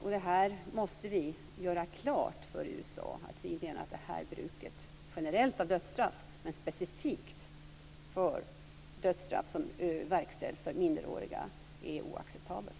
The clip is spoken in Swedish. Vi måste göra klart för USA att vi menar att bruket av dödsstraff generellt, och specifikt dödsstraff som verkställs för minderåriga, är oacceptabelt.